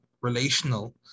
relational